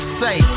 say